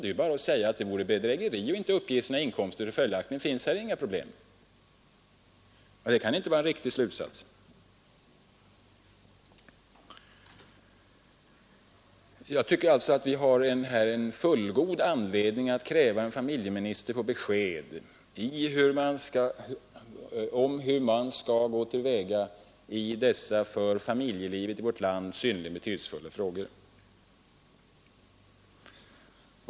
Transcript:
Det är ju bara att säga att det vore bedrägeri att inte uppge sina inkomster, och följaktligen finns inga problem. — Det kan inte vara en riktig slutsats. Jag tycker alltså att vi har fullgod anledning att kräva av en familjeminister att få besked om hur man skall gå till väga i dessa för familjelivet i vårt land synnerligen betydelsefulla frågor.